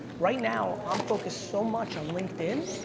right now, i'm focused so much on linkden,